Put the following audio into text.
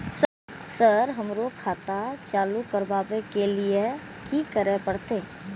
Sir हमरो खाता चालू करबाबे के ली ये की करें परते?